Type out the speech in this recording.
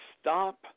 stop